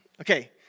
Okay